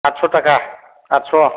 आतस' थाखा आतस'